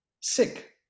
sick